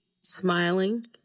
smiling